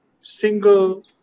single